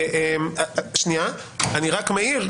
אני רק מעיר,